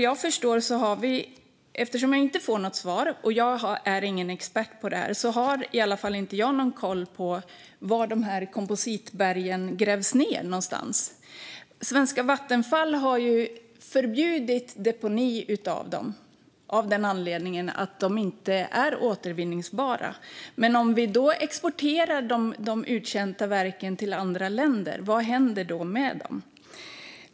Jag får inget svar av ministern, och jag är själv ingen expert på detta. Jag har alltså ingen koll på var kompositbergen grävs ned någonstans. Svenska Vattenfall har ju förbjudit deponi av dem just för att de inte är återvinnbara. Men vad händer med de uttjänta verken om vi exporterar dem till andra länder?